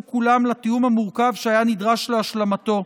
כולם לתיאום המורכב שהיה נדרש להשלמתו,